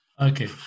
Okay